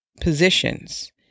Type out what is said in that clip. positions